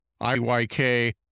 IYK